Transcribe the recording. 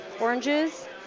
oranges